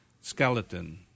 skeleton